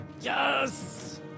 Yes